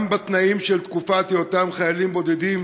גם בתנאים של תקופת היותם חיילים בודדים,